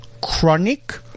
chronic